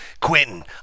Quentin